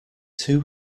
two